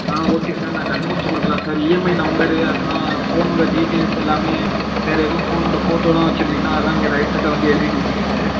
ஆ okay sir நான் கண்டுபிடிச்சு கொடுக்கலாம் சார் ஈஎம்ஐ நம்பர் அதெலாம் ஃபோனுடைய டீட்டைல்ஸ் எல்லாமே வேறு ஏதும் ஃபோனோடய ஃபோட்டோவெலாம் வச்சுருந்தீங்னா அதெலாம் இங்கே ரைட்ருகிட்ட வந்து எழுதி கொடுத்துடுங்க சார்